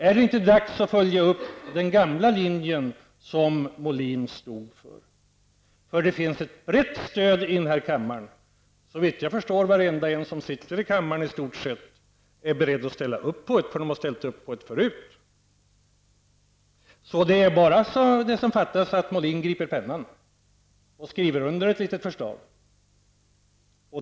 Är det inte dags att följa upp den gamla linje som Rune Molin stod för? Det finns ju ett brett stöd för det i denna kammare. Såvitt jag vet är varenda en som sitter i denna kammare beredd att ställa upp, för de har ställt upp förut. Vad som fattas är att Molin griper pennan och skriver under ett litet förslag.